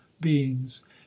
beings